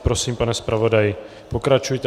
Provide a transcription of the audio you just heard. Prosím, pane zpravodaji, pokračujte.